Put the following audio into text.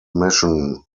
mission